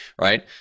right